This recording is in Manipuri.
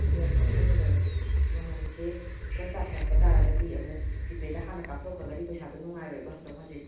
ꯑꯃꯨꯛ ꯑꯩꯈꯣꯏꯅ ꯃꯃꯜꯁꯦ ꯈꯤꯇꯪ ꯇꯥꯊꯔꯛꯄ ꯇꯥꯔꯒꯗꯤ ꯑꯃꯨꯛ ꯖꯤꯄꯦꯗ ꯍꯥꯟꯅ ꯀꯥꯞꯊꯣꯛꯈ꯭ꯔꯒꯗꯤ ꯄꯩꯁꯥꯗꯤ ꯅꯨꯡꯉꯥꯏꯔꯣꯏꯌꯦꯕ ꯍꯟꯗꯣꯛ ꯍꯟꯖꯤꯟ